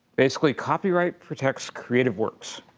basically, copyright protects creative works.